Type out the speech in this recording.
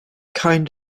kind